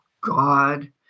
God